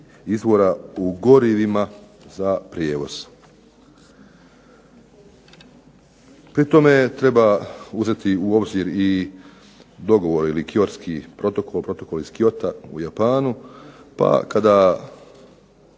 izvora u gorivima za prijevoz. Pri tome treba uzeti u obzir dogovor ili Kyotski dogovor u Japanu, pa kada